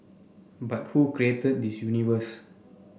but who created this universe